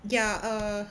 ya err